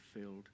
filled